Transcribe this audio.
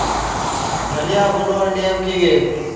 धनिया बूनवार नियम की गे?